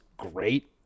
Great